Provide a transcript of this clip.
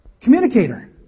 communicator